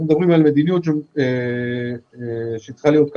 אנחנו מדברים על מדיניות שצריכה להיות אחידה